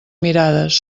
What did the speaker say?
mirades